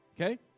Okay